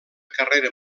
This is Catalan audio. carrera